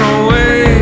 away